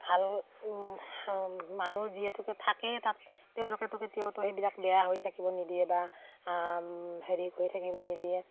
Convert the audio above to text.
ভাল মানুহ যিহেতুকে থাকেই তাত তেওঁলোকেতো কেতিয়াওতো সেইবিলাক বেয়া হৈ থাকিব নিদিয়ে বা হেৰি হৈ থাকিব নিদিয়ে